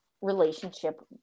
relationship